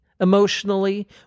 emotionally